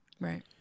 Right